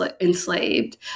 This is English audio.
enslaved